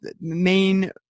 main